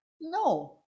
No